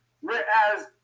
Whereas